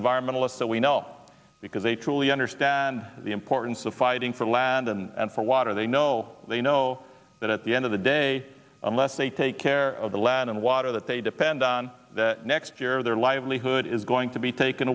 environmentalist that we know because they truly understand the importance of fighting for land and for water they know they know that at the end of the day unless they take care of the land and water that they depend on that next year their livelihood is going to be taken